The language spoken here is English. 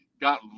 got